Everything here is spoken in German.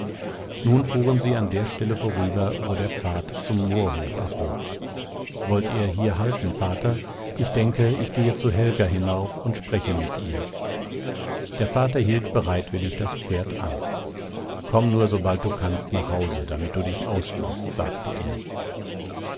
nun fuhren sie an der stelle vorüber wo der pfad zum moorhof abbog wollt ihr hier halten vater ich denke ich gehe zu helga hinauf und spreche mit ihr der vater hielt bereitwillig das pferd an komm nur sobald du kannst nach hause damit du dich ausruhst sagte er